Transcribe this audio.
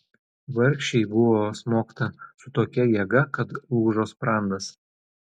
vargšei buvo smogta su tokia jėga kad lūžo sprandas